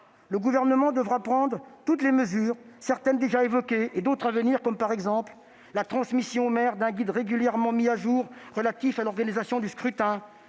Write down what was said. le Gouvernement devra prendre toutes les mesures, certaines déjà évoquées et d'autres à venir. Je pense à la transmission aux maires d'un guide régulièrement mis à jour relatif à l'organisation du scrutin